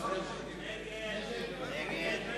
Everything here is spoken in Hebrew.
להסיר מסדר-היום את הצעת חוק הגנת הדייר (תיקון,